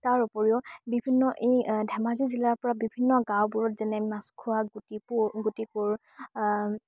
তাৰ উপৰিও বিভিন্ন এই ধেমাজি জিলাৰ পৰা বিভিন্ন গাঁওবোৰত যেনে মাছখোৱা গুটিপুৰ গুটিপুৰ